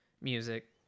music